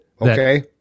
okay